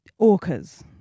orcas